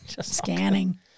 Scanning